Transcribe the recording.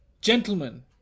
gentlemen